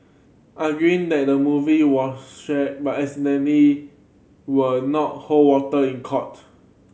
arguing that the movie was shared by accidentally will not hold water in court